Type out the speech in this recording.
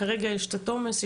כרגע יש קצת עומס,